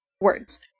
Words